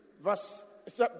verse